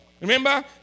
Remember